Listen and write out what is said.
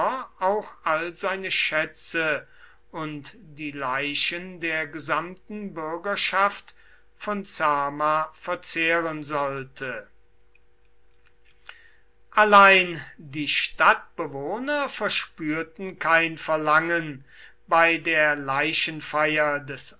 auch all seine schätze und die leichen der gesamten bürgerschaft von zama verzehren sollte allein die stadtbewohner verspürten kein verlangen bei der leichenfeier des